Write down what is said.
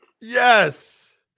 yes